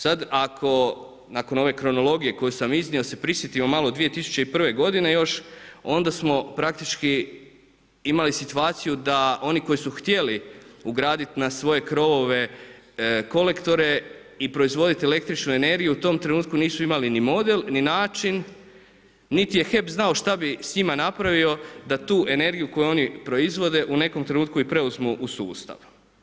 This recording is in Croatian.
Sad ako nakon ove kronologije koju sam iznio se prisjetimo malo 2001. g. još, onda smo praktički imali situaciju da oni koji su htjeli ugraditi na svoje krovove kolektore i proizvoditi električnu energiju, u tom trenutku nisu imali ni model ni način nit je HEP znao šta bi s njima napravio da tu energiju koju oni proizvode u nekom trenutku i preuzmu u sustav.